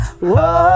Whoa